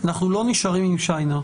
אנחנו לא נשארים עם שיינר.